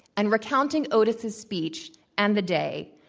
and recounting otis' s speech and the day,